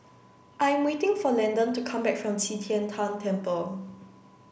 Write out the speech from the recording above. I'm waiting for Landen to come back from Qi Tian Tan Temple